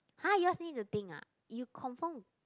!huh! yours need to think ah you confirm